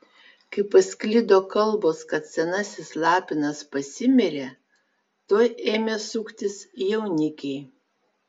kai pasklido kalbos kad senasis lapinas pasimirė tuoj ėmė suktis jaunikiai